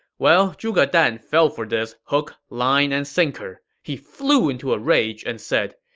well, zhuge dan fell for this hook, line, and sinker. he flew into a rage and said,